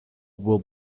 will